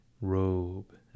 robe